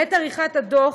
בעת עריכת הדוח,